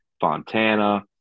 Fontana